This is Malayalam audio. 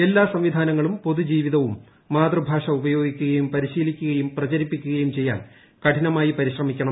എല്ലാ സംവിധാനങ്ങളും പൊതുജീവിതവും മാതൃഭാഷ ഉപയോഗിക്കുകയും പരിശീലിക്കുകയും പ്രചരിപ്പിക്കുകയും ചെയ്യാൻ കഠിനമായി പരിശ്രമിക്കണം